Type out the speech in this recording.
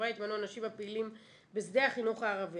לחבריה יתמנו אנשים הפעילים בשדה החינוך הערבי,